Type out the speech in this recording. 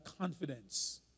confidence